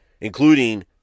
including